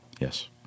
Yes